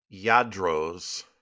Yadros